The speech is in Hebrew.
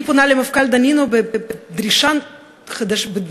אני פונה למפכ"ל דנינו בדרישה תקיפה